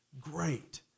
great